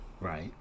right